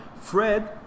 Fred